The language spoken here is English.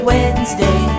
Wednesday